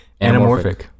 Anamorphic